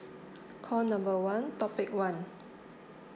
call number one topic one